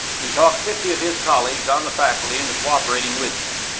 he talked fifty of his colleagues on the faculty into cooperating with him,